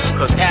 Cause